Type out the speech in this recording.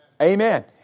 Amen